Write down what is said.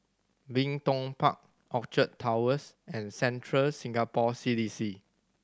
Bin Tong Park Orchard Towers and Central Singapore C D C